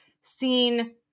seen